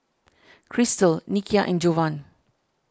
Christal Nikia and Jovan